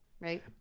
right